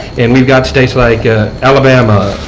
and we have got states like ah alabama,